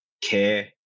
care